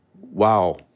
Wow